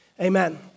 Amen